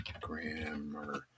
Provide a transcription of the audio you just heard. grammar